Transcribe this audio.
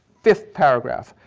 fifth paragraph.